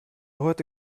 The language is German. heute